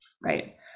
Right